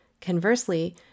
Conversely